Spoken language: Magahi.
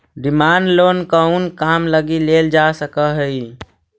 डिमांड लोन कउन काम लगी लेल जा सकऽ हइ?